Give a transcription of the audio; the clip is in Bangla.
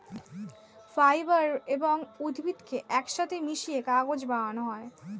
ফাইবার এবং উদ্ভিদকে একসাথে মিশিয়ে কাগজ বানানো হয়